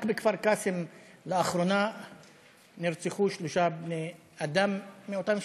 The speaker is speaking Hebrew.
רק בכפר-קאסם נרצחו לאחרונה שלושה בני-אדם מאותה משפחה.